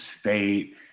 State